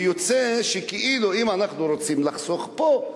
יוצא שאם אנחנו רוצים לחסוך פה,